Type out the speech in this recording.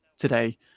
today